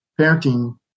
parenting